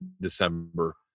December